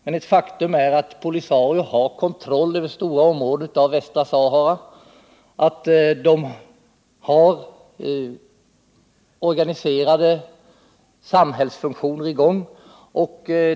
Men ett faktum är att Polisario har kontroll över stora områden av Västra Sahara och att man har organiserade samhällsfunktioner i gång.